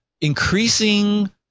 increasing